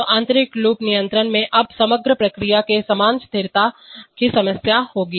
तो आंतरिक लूप नियंत्रक में अब समग्र प्रक्रिया के समान स्थिरता की समस्याएं होंगी